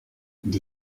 the